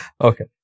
Okay